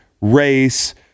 race